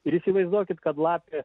ir įsivaizduokit kad lapė